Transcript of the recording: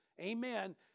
amen